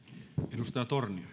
arvoisa